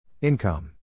Income